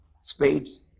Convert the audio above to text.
Spades